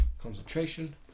Concentration